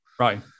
right